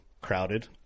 crowded